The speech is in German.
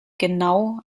genau